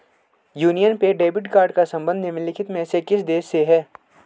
Union पे debit card का संबंध निम्नलिखित में से किस देश से है?